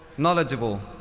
knowledgeable,